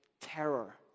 terror